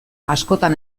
askotan